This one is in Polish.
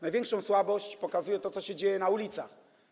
Największą słabość pokazuje to, co się dzieje na ulicach.